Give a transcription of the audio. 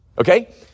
Okay